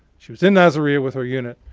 she was in nasiriyah with her unit.